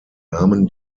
nahmen